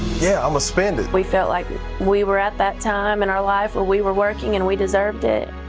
yeah um spend it. we felt like we we were at that time in our lives where we were working, and we deserved it.